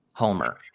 Homer